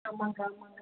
ஆமாம்ங்க ஆமாம்ங்க